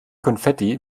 konfetti